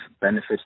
benefits